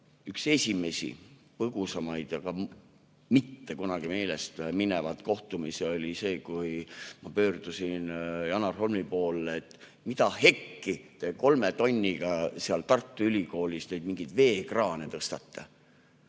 üks esimesi põgusamaid, aga mitte kunagi meelest minevaid kohtumisi oli see, kui ma pöördusin Janar Holmi poole, et mida hekki, et te kolme tonniga seal Tartu Ülikoolis neid mingeid veekraane tõstate.